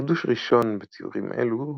חידוש ראשון בציורים אלו,